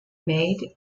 made